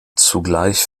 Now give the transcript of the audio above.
zugleich